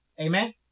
Amen